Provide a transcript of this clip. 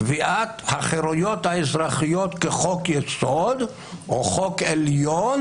קביעת החירויות האזרחיות כחוק יסוד או חוק עליון,